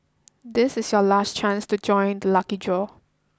this is your last chance to join the lucky draw